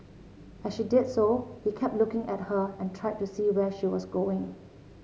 as she did so he kept looking at her and tried to see where she was going